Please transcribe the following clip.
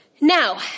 Now